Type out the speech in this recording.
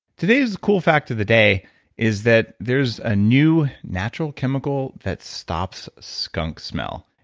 today's cool fact of the day is that there's a new natural chemical that stops skunk smell.